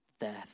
death